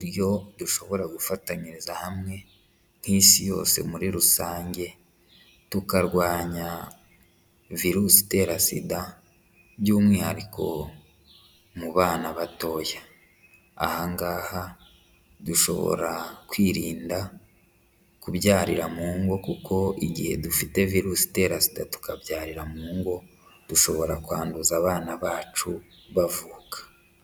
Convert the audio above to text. Uburyo dushobora gufatanyiriza hamwe nk'isi yose muri rusange, tukarwanya virusi itera sida by'umwihariko mu bana batoya, aha ngaha dushobora kwirinda kubyarira mu ngo kuko igihe dufite virusi itera sida tukabyarira mu ngo dushobora kwanduza abana bacu bavuka.